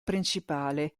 principale